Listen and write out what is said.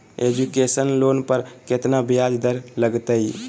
Education loan पर केतना ब्याज दर लगतई?